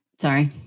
Sorry